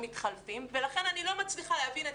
מתחלפים ולכן אני לא מצליחה להבין את